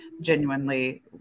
genuinely